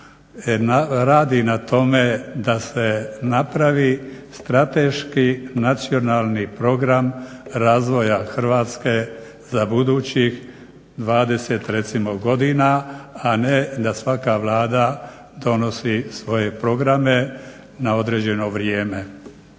radi na tome da se napravi Strateški nacionalni program razvoja Hrvatske za budućih 20 recimo godina, a ne da svaka Vlada donosi svoje programe na određeno vrijeme.